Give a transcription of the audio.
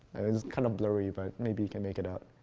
it's kind of blurry, but maybe you can make it out.